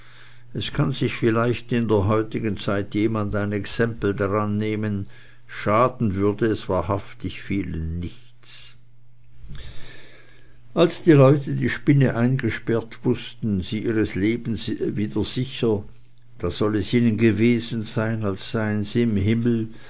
es kann sich vielleicht in der heutigen zeit jemand ein exempel daran nehmen schaden würde es wahrhaftig vielen nichts als die leute die spinne eingesperrt wußten sie ihres lebens wieder sicher da soll es ihnen gewesen sein als seien sie im himmel